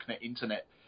internet